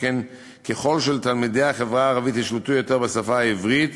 שכן ככל שתלמידי החברה הערבית ישלטו יותר בשפה העברית,